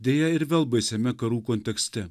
deja ir vėl baisiame karų kontekste